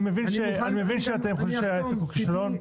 אני מבין שאתם חושבים שהעסק הזה הוא כישלון.